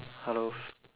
hellos